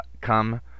come